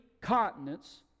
continents